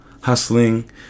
hustling